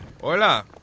Hola